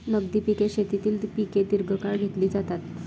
नगदी पिके शेतीतील पिके दीर्घकाळ घेतली जातात